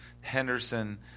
Henderson